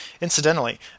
Incidentally